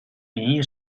名义